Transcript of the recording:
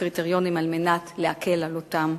הקריטריונים על מנת להקל על אותם